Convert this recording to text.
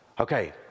okay